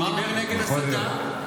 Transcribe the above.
הוא נואם נגד הסתה,